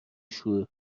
شعور